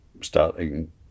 starting